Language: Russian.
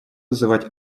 вызывать